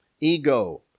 ego